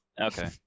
Okay